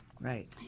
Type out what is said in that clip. Right